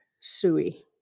sui